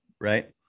right